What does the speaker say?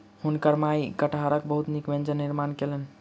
हुनकर माई कटहरक बहुत नीक व्यंजन निर्माण कयलैन